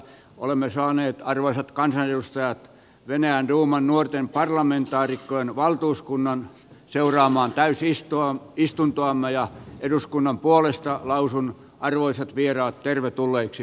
olemme saaneet arvoisat kansanedustajat venäjän duuman nuorten parlamentaarikkojen valtuuskunnan seuraamaan täysistuntoamme ja eduskunnan puolesta lausun arvoisat vieraat tervetulleiksi eduskuntaan